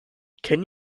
can